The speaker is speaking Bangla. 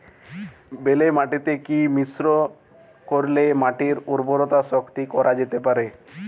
বেলে মাটিতে কি মিশ্রণ করিলে মাটির উর্বরতা শক্তি বৃদ্ধি করা যেতে পারে?